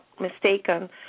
mistaken